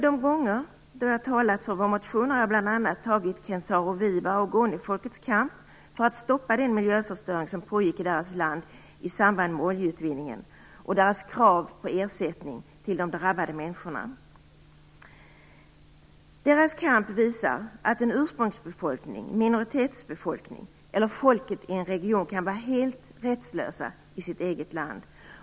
De gånger jag har talat för vår motion har jag som exempel bl.a. tagit upp Ken Saro Wiwas och ogonifolkets kamp för att stoppa den miljöförstöring som pågick i deras land i samband med oljeutvinningen och deras krav på ersättning till de drabbade människorna. Deras kamp visar att en ursprungsbefolkning, en minoritetsbefolkning eller folket i en region kan vara helt rättslösa i sitt eget land.